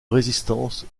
résistance